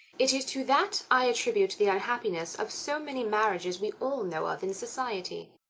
it is to that i attribute the unhappiness of so many marriages we all know of in society.